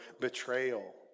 betrayal